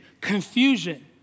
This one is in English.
confusion